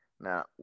Now